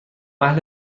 اهل